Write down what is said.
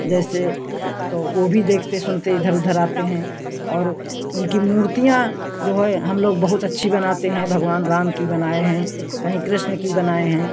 जैसे तो वो भी सुनते देखते वो भी इधर उधर आते हैं और उनकी मूर्तियाँ जो है हम लोग बहुत अच्छी बनाते हैं भगवान राम की बनाए हैं कहीं कृष्ण की बनाए हैं